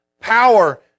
power